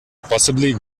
possibly